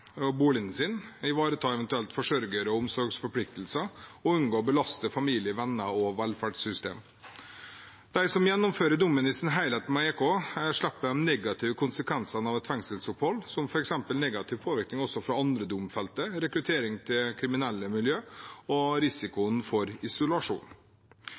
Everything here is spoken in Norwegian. og boligen sin, ivareta eventuelt forsørger- og omsorgsforpliktelser og unngå å belaste familie, venner og velferdssystem. De som gjennomfører dommen i sin helhet med elektronisk kontroll, EK, slipper de negative konsekvensene av et fengselsopphold som f.eks. negativ påvirkning fra andre domfelte, rekruttering til kriminelle miljøer og risikoen for isolasjon.